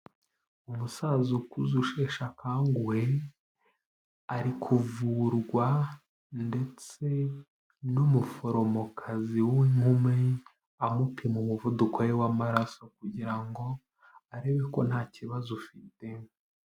Umusaza ukuze usheshe akanguhe, ari kuvurwa ndetse n'umuforomokazi w'inkumi, amupima umuvuduko we w'amaraso kugira ngo arebe ko nta kibazo ufite.